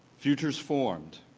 futures formed.